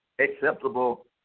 acceptable